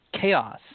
chaos